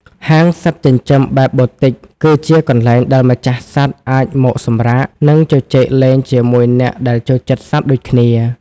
ហាងសត្វចិញ្ចឹមបែប Boutique គឺជាកន្លែងដែលម្ចាស់សត្វអាចមកសម្រាក និងជជែកលេងជាមួយអ្នកដែលចូលចិត្តសត្វដូចគ្នា។